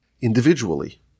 individually